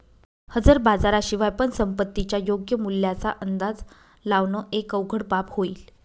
हजर बाजारा शिवाय पण संपत्तीच्या योग्य मूल्याचा अंदाज लावण एक अवघड बाब होईल